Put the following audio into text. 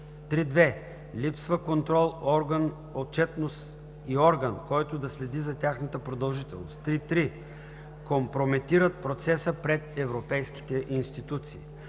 3.2. Липсва контрол, отчетност и орган, който да следи за тяхната продължителност. 3.3. Компрометират процеса пред Европейските институции.